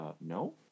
No